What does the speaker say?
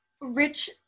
Rich